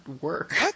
work